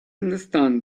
understand